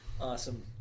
Awesome